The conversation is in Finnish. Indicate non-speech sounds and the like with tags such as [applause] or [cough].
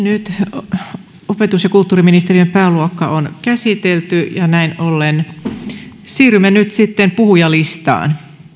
[unintelligible] nyt opetus ja kulttuuriministeriön pääluokka on käsitelty ja näin ollen siirrymme nyt sitten puhujalistaan